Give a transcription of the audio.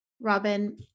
Robin